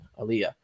Aaliyah